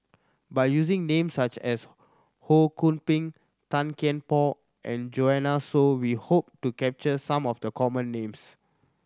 by using name such as Ho Kwon Ping Tan Kian Por and Joanne Soo we hope to capture some of the common names